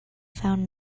found